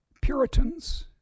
Puritans